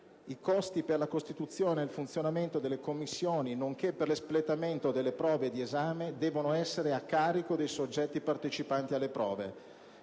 "I costi per la costituzione e il funzionamento delle commissioni nonché per l'espletamento delle prove di esame devono essere a carico dei soggetti partecipanti alle prove".